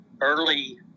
early